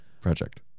Project